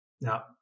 Now